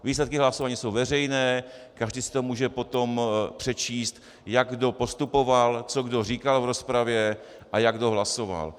Výsledky hlasování jsou veřejné, každý si to může potom přečíst, jak kdo postupoval, co kdo říkal v rozpravě a jak kdo hlasoval.